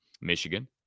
Michigan